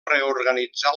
reorganitzar